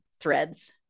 threads